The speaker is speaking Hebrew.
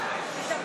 עבריינים.